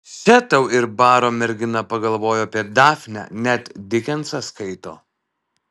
še tau ir baro mergina pagalvojo apie dafnę net dikensą skaito